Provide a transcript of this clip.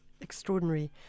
Extraordinary